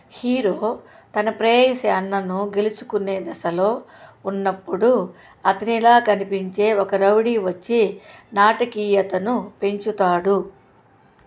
hero తన ప్రేయసి అన్నను గెలుచుకునే దశలో ఉన్నప్పుడు అతనిలా కనిపించే ఒక రౌడీ వచ్చి నాటకీయతను పెంచుతాడు